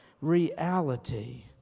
reality